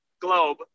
globe